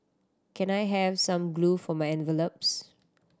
can I have some glue for my envelopes